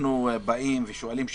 באים ושואלים שאלות.